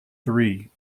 three